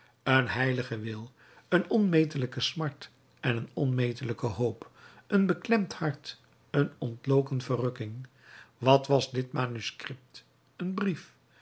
een heiligen wil een onmetelijke smart en een onmetelijke hoop een beklemd hart een ontloken verrukking wat was dit manuscript een brief